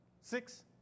six